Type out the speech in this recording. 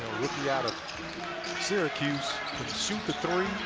rookie out of syracuse, can shoot the three,